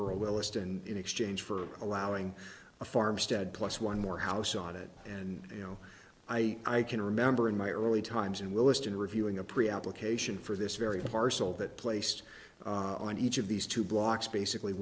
rural illust and in exchange for allowing a farmstead plus one more house on it and you know i i can remember in my early times in williston reviewing a pre application for this very parcel that placed on each of these two blocks basically